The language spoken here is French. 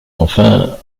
enfin